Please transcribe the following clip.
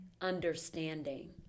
understanding